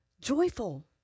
joyful